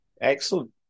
Excellent